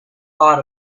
thought